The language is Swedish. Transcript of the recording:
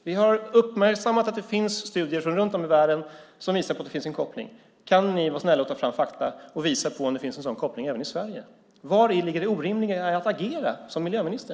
Vi har uppmärksammat att det finns studier runt om i världen som visar att det finns en koppling. Kan ni vara snälla och ta fram fakta och visa om det finns en sådan koppling även i Sverige? Vari ligger det orimliga i att agera som miljöminister?